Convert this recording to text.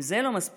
אם זה לא מספיק,